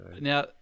Now